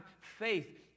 faith